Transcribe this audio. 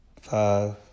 five